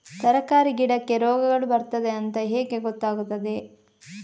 ತರಕಾರಿ ಗಿಡಕ್ಕೆ ರೋಗಗಳು ಬರ್ತದೆ ಅಂತ ಹೇಗೆ ಗೊತ್ತಾಗುತ್ತದೆ?